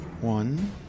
One